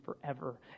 forever